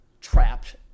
trapped